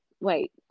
wait